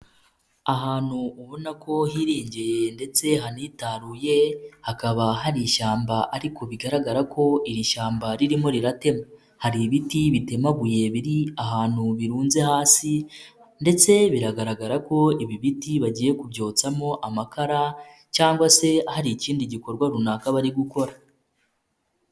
Ahantu ubona ko hirengeye ndetse hanitaruye hakaba hari ishyamba ariko bigaragara ko iri shyamba ririmo riratemwa, hari ibiti bitemabuye biri ahantu birunze hasi ndetse biragaragara ko ibi biti bagiye kubyotsamo amakara cyangwa se hari ikindi gikorwa runaka bari gukora.